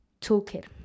toolkit